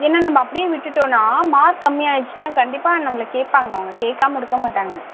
ஏன்னா நம்ம அப்படியே விட்டுவிட்டோன்னா மார்க் கம்மி ஆயிடிச்சுன்னா கண்டிப்பாக நம்மளை கேட்பாங்க அவங்க கேட்காம இருக்க மாட்டாங்க